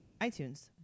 iTunes